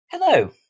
Hello